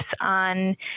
on